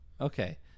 Okay